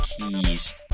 keys